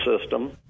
system